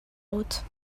route